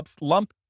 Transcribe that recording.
lump